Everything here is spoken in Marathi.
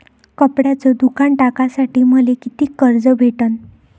कपड्याचं दुकान टाकासाठी मले कितीक कर्ज भेटन?